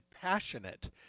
passionate